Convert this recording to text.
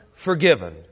forgiven